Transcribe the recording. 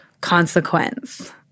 consequence